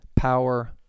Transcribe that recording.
power